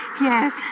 Yes